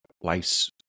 life's